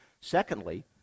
Secondly